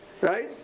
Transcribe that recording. Right